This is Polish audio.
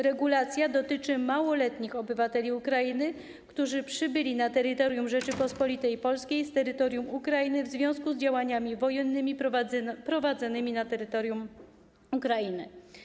Regulacja dotyczy małoletnich obywateli Ukrainy, którzy przybyli na terytorium Rzeczypospolitej Polskiej z terytorium Ukrainy w związku z działaniami wojennymi prowadzonymi na terytorium Ukrainy.